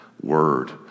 word